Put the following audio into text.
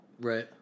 Right